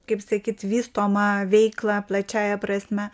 kaip sakyt vystomą veiklą plačiąja prasme